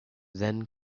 then